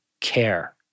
care